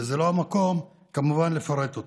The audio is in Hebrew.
וזה לא המקום כמובן לפרט אותן.